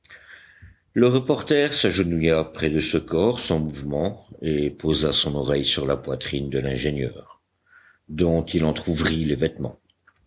le reporter s'agenouilla près de ce corps sans mouvement et posa son oreille sur la poitrine de l'ingénieur dont il entr'ouvrit les vêtements